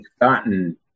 gotten